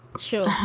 sure.